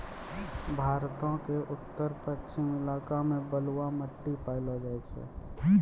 भारतो के उत्तर पश्चिम इलाका मे बलुआ मट्टी पायलो जाय छै